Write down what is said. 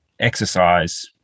exercise